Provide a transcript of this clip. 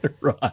Right